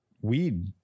weed